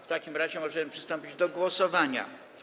W takim razie możemy przystąpić do głosowania.